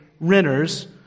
renters